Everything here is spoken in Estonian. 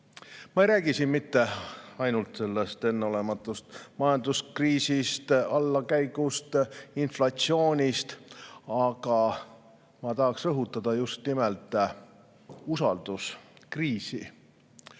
Ma ei räägi mitte ainult sellest enneolematust majanduskriisist, allakäigust, inflatsioonist, aga ma tahaksin rõhutada just nimelt usalduskriisi.